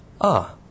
Ah